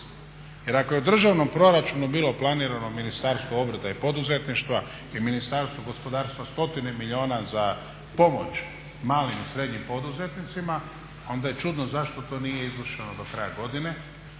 Jer ako je u državnom proračunu bilo planirano Ministarstvo obrta i poduzetništva i Ministarstvo gospodarstva stotine milijuna za pomoć malim i srednjim poduzetnicima onda je čudno zašto to nije izvršeno do kraja godine,